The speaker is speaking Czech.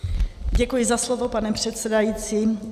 Děkuji za slovo, pane předsedající.